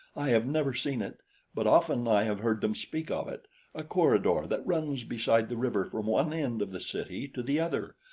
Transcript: i have never seen it but often i have heard them speak of it a corridor that runs beside the river from one end of the city to the other.